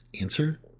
Answer